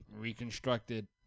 reconstructed